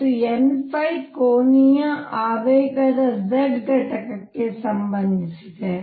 ಮತ್ತು n ಕೋನೀಯ ಆವೇಗದ z ಘಟಕಕ್ಕೆ ಸಂಬಂಧಿಸಿದೆ